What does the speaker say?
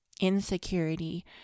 insecurity